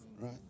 right